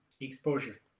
exposure